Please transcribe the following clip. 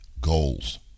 goals